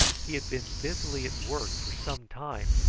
he had been busily at work for some time,